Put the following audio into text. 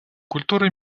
культуры